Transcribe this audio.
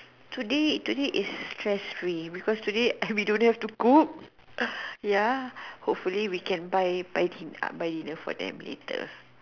today today is free because today we don't have to cook ya hopefully we can buy buy dinner for them later